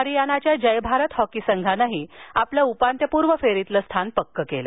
हरीयानाच्या Jai Bharat hockey संघानंही आपलं उपांत्यपुर्व फेरीतलं स्थान पक्क केलं